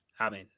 Amen